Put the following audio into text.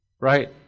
Right